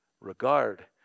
regard